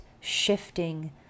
shifting